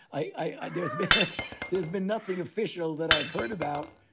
i there's there's been nothing official that i've heard about.